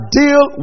deal